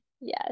Yes